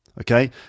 Okay